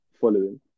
following